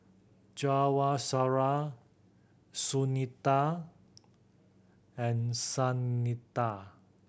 Jawaharlal Sunita and Santha